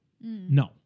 no